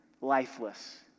lifeless